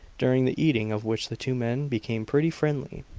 during the eating of which the two men became pretty friendly.